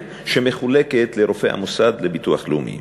שמחולקת לרופאי המוסד לביטוח לאומי,